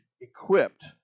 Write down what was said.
equipped